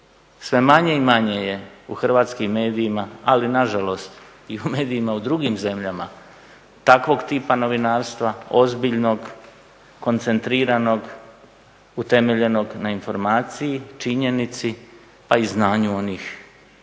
Sve manje i manje je u hrvatskim medijima, ali nažalost i u medijima u drugim zemljama takvog tipa novinarstva, ozbiljnog, koncentriranog, utemeljenog na informaciji, činjenici, pa i znanju onih